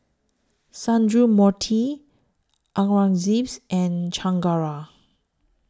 Sundramoorthy Aurangzeb and Chengara